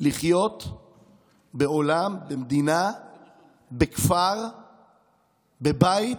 לחיות בעולם, במדינה, בכפר, בבית,